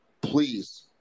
please